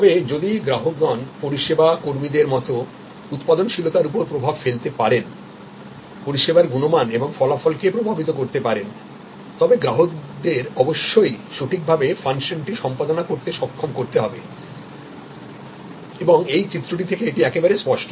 তবে যদি গ্রাহকগণ পরিসেবা কর্মীদের মত উৎপাদনশীলতার উপর প্রভাব ফেলতে পারেন পরিষেবার গুণমান এবং ফলাফলকে প্রভাবিত করতে পারেন তবে গ্রাহকদের অবশ্যই সঠিকভাবে ফাংশনটি সম্পাদন করতে সক্ষম করতে হবে এবংএই চিত্রটি থেকে এটি একেবারে স্পষ্ট